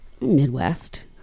Midwest